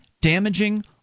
damaging